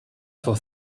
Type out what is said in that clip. for